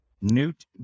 Newt